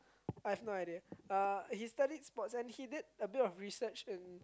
I have no idea uh he studied sports and he did a bit of research in